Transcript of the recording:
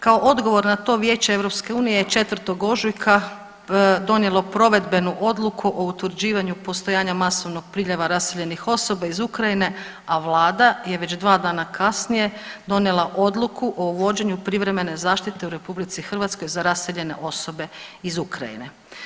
Kao odgovor na to Vijeće EU je 4. ožujka donijelo provedbenu odluku o utvrđivanju postojanja masovnog priljeva raseljenih osoba iz Ukrajine, a vlada je već 2 dana kasnije donijela odluku o uvođenju privremene zaštite u RH za raseljene osobe iz Ukrajine.